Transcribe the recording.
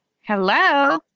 Hello